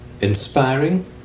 inspiring